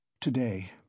Today